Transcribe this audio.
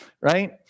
right